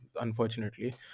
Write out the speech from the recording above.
unfortunately